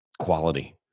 quality